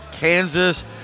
Kansas